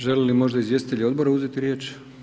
Želi li možda izvjestitelj odbora uzeti riječ?